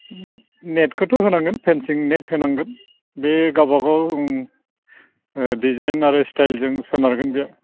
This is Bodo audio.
उम नेटखौनो होनांगोन फेनसिं नेट होनांगोन बे गावबा गाव ओं दिजाइन आरो स्टाइलजों सोनारगोन बेयो